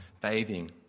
bathing